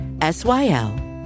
S-Y-L